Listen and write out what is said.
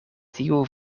tiu